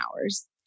hours